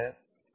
4 ஆக இருக்கும்